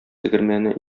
тегермәне